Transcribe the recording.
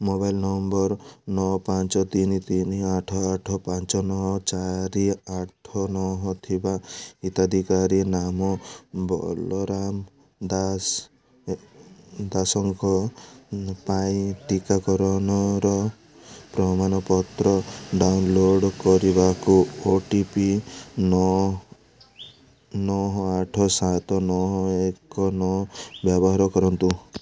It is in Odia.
ମୋବାଇଲ୍ ନମ୍ବର୍ ନଅ ପାଞ୍ଚ ତିନି ତିନି ଆଠ ଆଠ ପାଞ୍ଚ ନଅ ଚାରି ଆଠ ନଅ ଥିବା ହିତାଧିକାରୀ ନାମ ବଲରାମ ଦାସ ଦାସଙ୍କ ପାଇଁ ଟିକାକରଣର ପ୍ରମାଣପତ୍ର ଡାଉନଲୋଡ଼୍ କରିବାକୁ ଓ ଟି ପି ନଅ ନଅ ଆଠ ସାତ ନଅ ଏକ ନଅ ବ୍ୟବହାର କରନ୍ତୁ